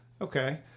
okay